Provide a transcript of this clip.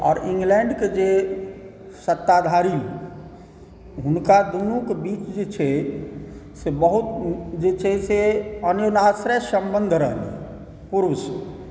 आओर इंग्लैण्डके जे सत्ताधारी हुनका दुनूके बीच जे छै से बहुत जे छै से अन्योन्याश्रय सम्बन्ध रहलै पुरुष